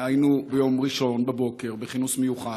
היינו ביום ראשון בבוקר בכינוס מיוחד.